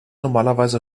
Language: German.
normalerweise